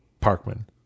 Parkman